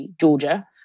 Georgia